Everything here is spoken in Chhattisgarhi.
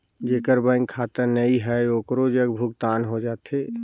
जेकर बैंक खाता नहीं है ओकरो जग भुगतान हो जाथे?